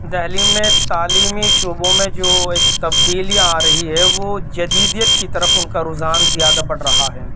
دہلی میں تعلیمی شعبوں میں جو ایک تبدیلی آ رہی ہے وہ جدیدیت کی طرف ان کا رجحان زیادہ بڑھ رہا ہے